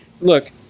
Look